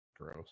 Gross